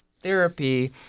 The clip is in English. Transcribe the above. therapy